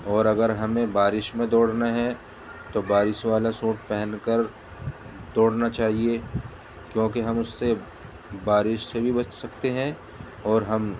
اور اگر ہمیں بارش میں دوڑنا ہے تو بارش والا سوٹ پہن کر دوڑنا چاہیے کیونکہ ہم اس سے بارش سے بھی بچ سکتے ہیں اور ہم